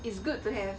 it's good to have